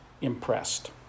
impressed